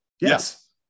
yes